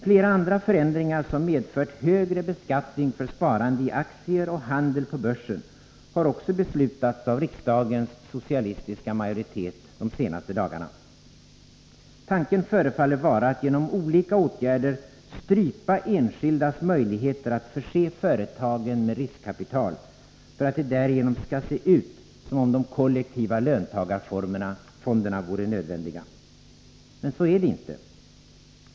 Flera andra förändringar som medfört högre beskattning för sparande i aktier och handel på börsen har också beslutats av riksdagens socialistiska majoritet under de senaste dagarna. Tanken förefaller vara att genom olika åtgärder strypa enskildas möjligheter att förse företagen med riskkapital, för att det därigenom skall se ut som om de kollektiva löntagarfonderna vore nödvändiga. Så är det emellertid inte.